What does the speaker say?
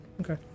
okay